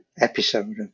episode